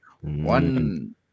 One